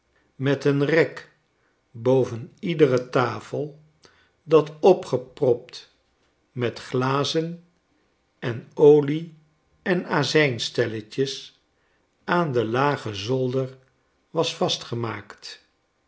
met een rek boven iedere tafel dat opgepropt met glazen en olie enazijnstelletjes aan den lagen zolder was vastgemaakt